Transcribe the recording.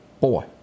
boy